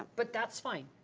but, that's fine